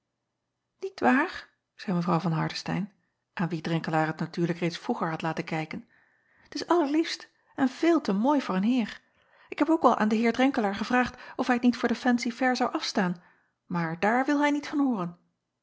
iet waar zeî w van ardestein aan wie renkelaer het natuurlijk reeds vroeger had laten kijken t is allerliefst en veel te mooi voor een heer k heb ook al aan den eer renkelaer gevraagd of hij t niet voor de fancy-fair zou afstaan maar daar wil hij niet van hooren